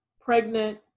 pregnant